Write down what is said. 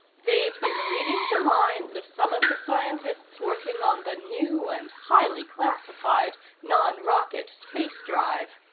they'd been reading the minds of some of the scientists working on the new and highly classified non-rocket space drive.